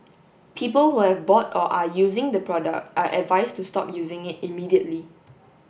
people who have bought or are using the product are advised to stop using it immediately